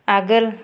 आगोल